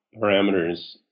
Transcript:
parameters